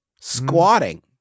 squatting